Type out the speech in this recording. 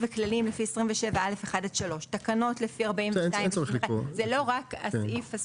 וכללים לפי 27(א)(1-3); תקנות לפי 42 --- בסדר,